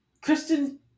Kristen